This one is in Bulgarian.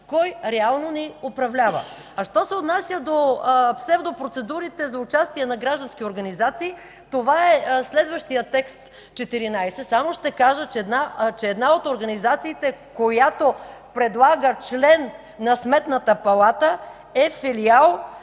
кой реално ни управлява. Що се отнася до псевдопроцедурите за участие на граждански организации, това е следващият текст 14. Само ще кажа, че една от организациите, която предлага член на Сметната палата, е филиал